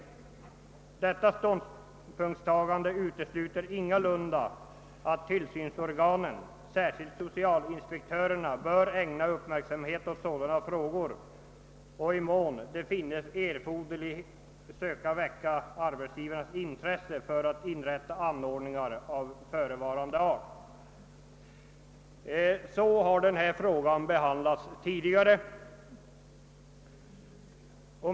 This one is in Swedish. Detta ståndpunktstagande utesluter ingalunda att tillsynsorganen, särskilt socialinspektörerna, böra ägna uppmärksamhet åt sådana frågor och i den mån det finnes erforderligt söka väcka arbetsgivarnas intresse för att inrätta anordningar av förevarande art.» Så har denna fråga behandlats tidigare.